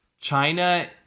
China